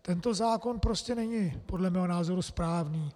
Tento zákon prostě není podle mého názoru správný.